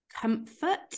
comfort